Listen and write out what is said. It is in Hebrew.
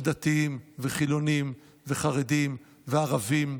שדתיים וחילונים וחרדים וערבים,